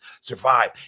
survive